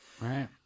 Right